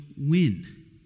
win